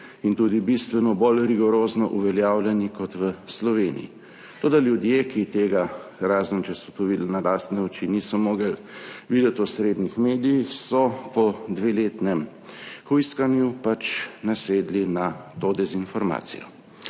in tudi bistveno bolj rigorozno uveljavljeni kot v Sloveniji. Toda ljudje, ki tega, razen če so to videli na lastne oči, niso mogli videti v osrednjih medijih, so po dveletnem hujskanju pač nasedli na to dezinformacijo.